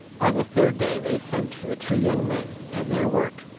on the third day they sent for the two young men and their work.